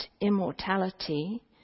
immortality